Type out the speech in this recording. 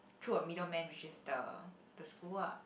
through a middleman which is the the school ah